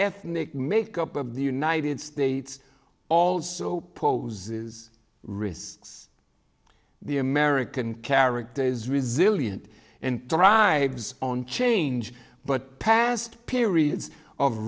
ethnic makeup of the united states also poses risks the american character is resilient and drives on change but past periods of